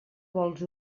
vols